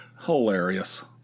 Hilarious